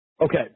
Okay